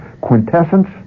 quintessence